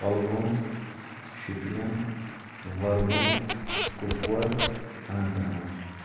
Kulgam Shopian Baramulla Kupwara Anant Nag